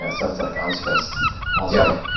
ah sounds like oz fest also,